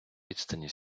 відстані